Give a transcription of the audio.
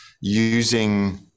using